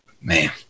Man